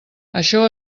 això